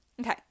Okay